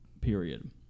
period